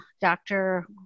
Dr